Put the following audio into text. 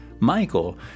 Michael